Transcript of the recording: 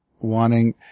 wanting